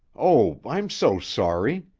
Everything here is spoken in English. oh, i'm so sorry.